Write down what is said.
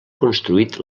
construït